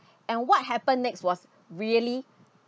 and what happened next was really